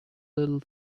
little